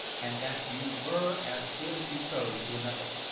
and that you were as good as betrothed to another.